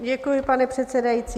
Děkuji, pane předsedající.